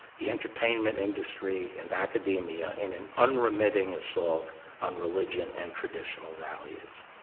the entertainment industry, and academia in an unremitting assault on religion and traditional values.